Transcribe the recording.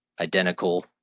identical